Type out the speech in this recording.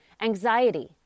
Anxiety